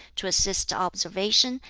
to assist observation,